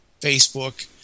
Facebook